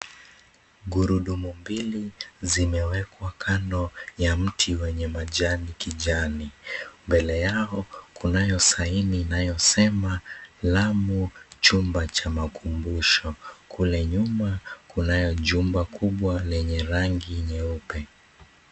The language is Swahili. Gurudumu mbili zimewekwa kando ya mti wenye majani kijani. Mbele yao kunayo sign inayosema,"Lamu chumba cha makumbusho". Kule nyuma kunayo jumba kubwa lenye rangi nyeupe.